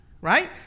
Right